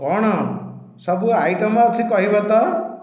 କ'ଣ ସବୁ ଆଇଟମ୍ ଅଛି କହିବ ତ